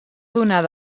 donar